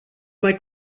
mai